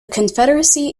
confederacy